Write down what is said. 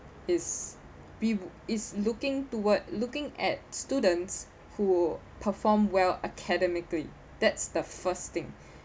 is be is looking toward looking at students who perform well academically that's the first thing